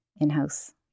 in-house